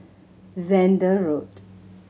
Zehnder Road